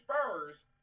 Spurs